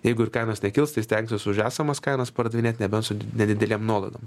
jeigu ir kainos nekils tai stengsiuos už esamas kainas pardavinėt nebent su nedidelėm nuolaidom